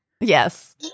Yes